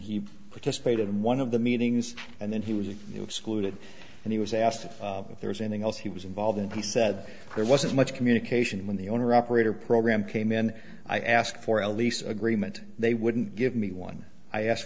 he participated in one of the meetings and then he was excluded and he was asked if there is anything else he was involved in p said there wasn't much communication when the owner operator program came in i asked for a lease agreement they wouldn't give me one i asked